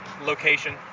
location